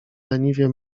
leniwie